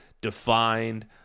defined